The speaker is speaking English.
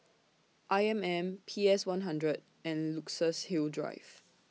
I M M P S one hundred and Luxus Hill Drive